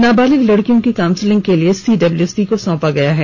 नाबालिग लड़कियों की काउंसिलिंग के लिए सीडब्लूसी को सौंपा गया है